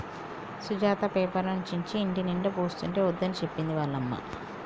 సుజాత పేపర్లు చించి ఇంటినిండా పోస్తుంటే వద్దని చెప్పింది వాళ్ళ అమ్మ